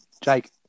Jake